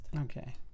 Okay